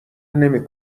نمی